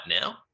now